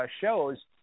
shows